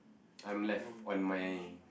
I'm left on my